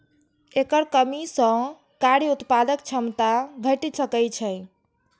एकर कमी सं कार्य उत्पादक क्षमता घटि सकै छै